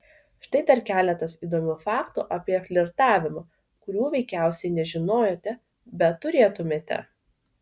štai dar keletas įdomių faktų apie flirtavimą kurių veikiausiai nežinojote bet turėtumėte